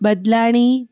बदलाणी